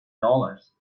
dollars